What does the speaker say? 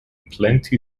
plenty